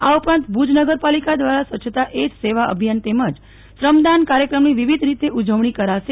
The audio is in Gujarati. આ ઉપરાંત ભુજ નગરપાલિકા દ્વારા સ્વચ્છતા એજ સેવા અભિયાન તેમજ શ્રમ દાન કાર્યક્રમ ની વિવિધ રીતે ઉજવણી કરાશે